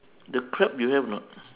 the crab you have or not